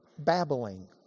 babbling